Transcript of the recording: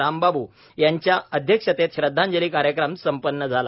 रामबाब् यांच्या अध्यक्षतेत श्रध्दांजली कार्यक्रम संपन्न झाला